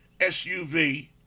SUV